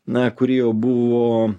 na kuri jau buvo